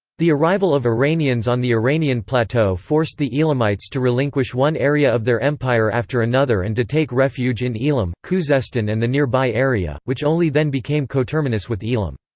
the arrival of iranians on the iranian plateau forced the elamites to relinquish one area of their empire after another and to take refuge in elam, khuzestan and the nearby area, which only then became coterminous with elam.